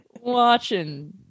Watching